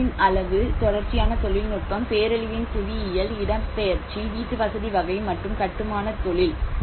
பொருள் அழிவின் அளவு தொடர்ச்சியான தொழில்நுட்பம் பேரழிவின் புவியியல் இடப்பெயர்ச்சி வீட்டுவசதி வகை மற்றும் கட்டுமானத் தொழில்